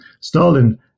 Stalin